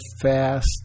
fast